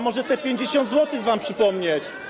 Może te 50 zł wam przypomnieć?